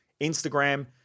Instagram